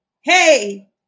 hey